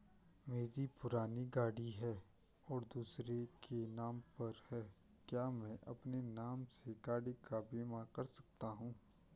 मेरी पुरानी गाड़ी है और दूसरे के नाम पर है क्या मैं अपने नाम से गाड़ी का बीमा कर सकता हूँ?